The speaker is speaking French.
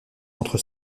entre